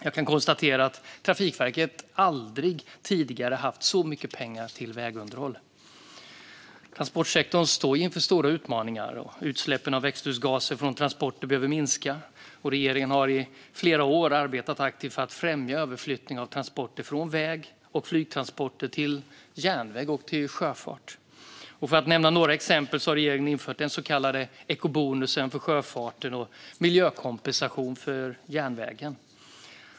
Jag kan konstatera att Trafikverket aldrig tidigare har haft så mycket pengar till vägunderhåll. Transportsektorn står inför stora utmaningar. Utsläppen av växthusgaser från transporter behöver minska. Regeringen har under flera år arbetat aktivt för att främja överflyttning av transporter från väg och flyg till järnväg och sjöfart. För att nämna ett par exempel har regeringen infört den så kallade ekobonusen för sjöfarten och miljökompensation för järnvägen.